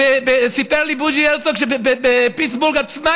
סיפר לי בוז'י הרצוג שבפיטסבורג עצמה